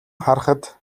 харахад